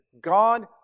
God